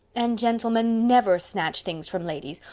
and gentlemen never snatch things from ladies.